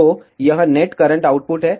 तो यह net current output है